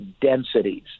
densities